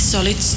Solid